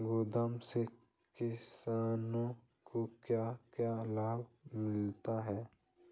गोदाम से किसानों को क्या क्या लाभ मिलता है?